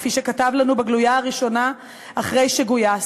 כפי שכתב לנו בגלויה הראשונה אחרי שגויס,